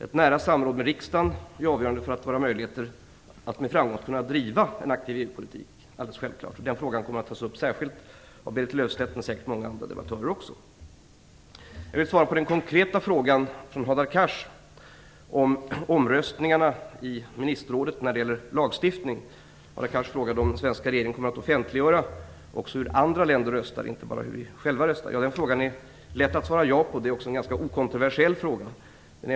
Ett nära samråd med riksdagen är självfallet avgörande för våra möjligheter att med framgång driva en aktiv EU-politik. Den frågan kommer att tas upp särskilt av Berit Löfstedt, men säkert också av många andra debattörer. Jag vill svara på den konkreta frågan från Hadar Cars om omröstningarna i ministerrådet när det gäller lagstiftning. Hadar Cars frågade om den svenska regeringen kommer att offentliggöra också hur andra länder röstar och inte bara hur vi själva röstar. Det är lätt att svara ja på den frågan. Det är också en ganska okontroversiell fråga.